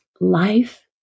life